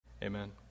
Amen